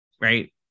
right